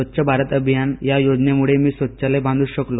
स्वच्छ भारत अभियान या योजनेमुळे मी शौचालय बंधू शकलो